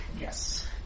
Yes